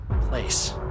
place